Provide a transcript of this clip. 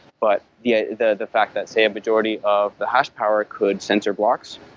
but yeah the the fact that say a majority of the hash power could sensor blocks